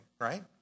right